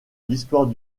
l’histoire